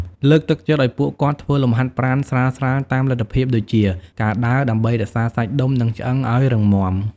លើកទឹកចិត្តឱ្យពួកគាត់ធ្វើលំហាត់ប្រាណស្រាលៗតាមលទ្ធភាពដូចជាការដើរ ដើម្បីរក្សាសាច់ដុំ និងឆ្អឹងឱ្យរឹងមាំ។